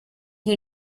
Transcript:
who